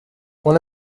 one